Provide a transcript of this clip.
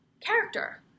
character